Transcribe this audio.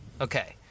Okay